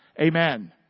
Amen